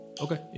Okay